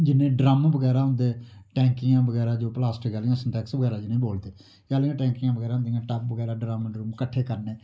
जिन्ने ड्रम्म बगैरा होंदे टैंकियां बगैरा जो प्लास्टक आह्लियां सन्टैक्स बगैरा जिनें ई बोलदे एह् आह्लियां टैंकियां बगैरा होंदियां टप्प बगैरा ड्रम्म डरुम्म कट्ठे करने